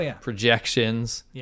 projections